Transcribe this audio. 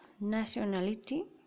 Nationality